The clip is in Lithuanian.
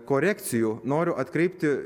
korekcijų noriu atkreipti